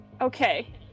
Okay